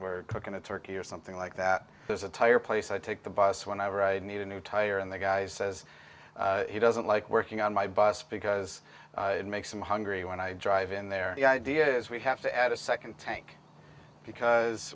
were cooking a turkey or something like that there's a tire place i take the bus when i write i need a new tire and the guy says he doesn't like working on my bus because it makes him hungry when i drive in there the idea is we have to add a second tank because